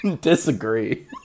Disagree